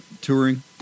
touring